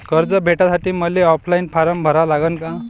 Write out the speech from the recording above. कर्ज भेटासाठी मले ऑफलाईन फारम भरा लागन का?